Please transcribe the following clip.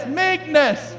meekness